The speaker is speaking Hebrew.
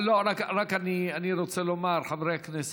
רק, אני רוצה לומר, חברי הכנסת,